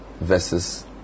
versus